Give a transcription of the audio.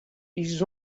ils